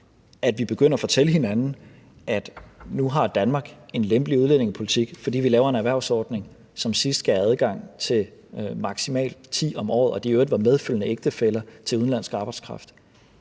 at vi begynder at fortælle hinanden, at Danmark nu har en lempelig udlændingepolitik, fordi vi laver en erhvervsordning, som sidst gav adgang til maksimalt ti om året, og at de i øvrigt var medfølgende ægtefæller til udenlandsk arbejdskraft.